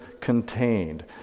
contained